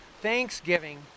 Thanksgiving